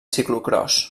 ciclocròs